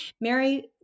Mary